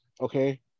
okay